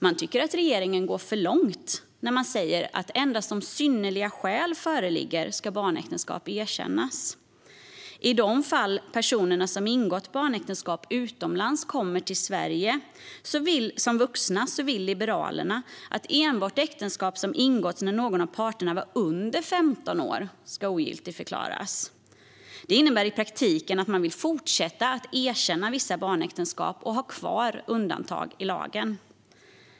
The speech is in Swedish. De tycker att regeringen går för långt när den säger att barnäktenskap ska erkännas endast om synnerliga skäl föreligger. I de fall personer som har ingått barnäktenskap utomlands kommer till Sverige som vuxna vill Liberalerna att enbart äktenskap som ingåtts när någon av parterna var under 15 år ska ogiltigförklaras. Det innebär i praktiken att Liberalerna vill fortsätta att erkänna vissa barnäktenskap och ha kvar undantag i lagen.